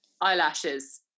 Eyelashes